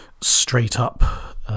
straight-up